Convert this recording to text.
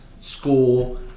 school